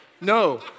no